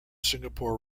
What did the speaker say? singapore